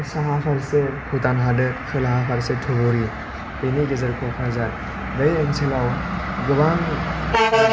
साहा फारसे भुटान हादोर खोलाहा फारसे धुबुरी बेनि गेजेर क'क्राझार बे ओनसोलाव गोबां